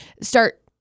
start